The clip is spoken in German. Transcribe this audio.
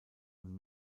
und